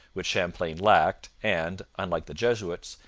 which champlain lacked, and, unlike the jesuits,